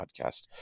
podcast